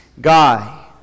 guy